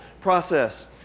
process